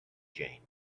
jane